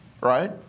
right